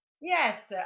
Yes